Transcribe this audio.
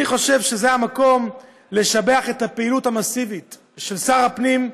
אני חושב שזה המקום לשבח את הפעילות המסיבית של שר הפנים,